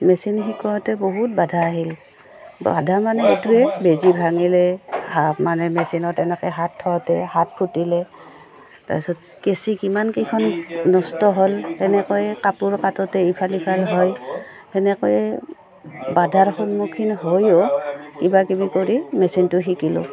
machine শিকোৱাঁতে বহুত বাধা আহিল বাধা মানে সেইটোৱে বেজী ভাঙিলে হ মানে মেচিনত তেনেকৈ হাত থওঁতে হাত ফুটিলে তাৰ পিছত কেঁচি কিমানকেইখন নষ্ট হ'ল তেনেকৈয়ে কাপোৰ কাটতে ইফাল ইফাল হয় সেনেকৈয়ে বাধাৰ সন্মুখীন হৈও কিবাকিবি কৰি মেচিনটো শিকিলোঁ